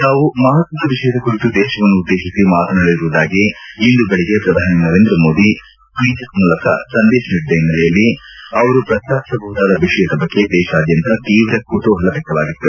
ತಾವು ಮಪಕ್ವದ ವಿಷಯ ಕುರಿತು ದೇಶವನ್ನು ಉದ್ದೇಶಿಸಿ ಮಾತನಾಡಲಿರುವುದಾಗಿ ಇಂದು ಬೆಳಿಗ್ಗೆ ಪ್ರಧಾನ ಮಂತ್ರಿಗಳು ಟ್ವಿಟರ್ ಮೂಲಕ ಸಂದೇಶ ನೀಡಿದ್ದ ಹಿನ್ನೆಲೆಯಲ್ಲಿ ಅವರು ಪ್ರಸ್ತಾಪಿಸಬಹುದಾದ ವಿಷಯದ ಬಗ್ಗೆ ದೇಶಾದ್ಯಂತ ತೀವ್ರ ಕುತೂಹಲ ವ್ಯಕ್ತವಾಗಿತ್ತು